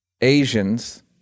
Asians